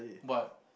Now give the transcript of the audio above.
what